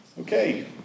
Okay